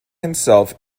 himself